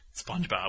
SpongeBob